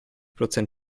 prozent